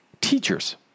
teachers